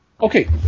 Okay